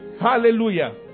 Hallelujah